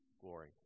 glory